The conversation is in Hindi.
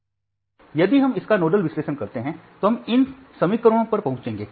अब यदि हम इसका नोडल विश्लेषण करते हैं तो हम इन समीकरणों पर पहुंचेंगे